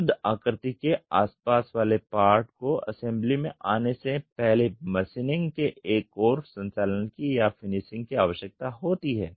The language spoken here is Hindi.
शुद्ध आकृति के आस पास वाले पार्ट को असेंबली में आने से पहले मशीनिंग के एक और संचालन की या फिनिशिंग की आवश्यकता होती है